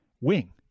wing